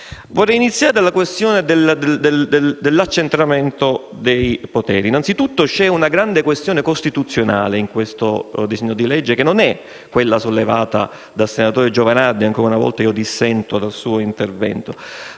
Vorrei iniziare dalla questione dell'accentramento dei poteri. C'è anzitutto una grande questione costituzionale in questo disegno di legge, che non è quella sollevata dal senatore Giovanardi (ancora una volta dissento dal suo intervento).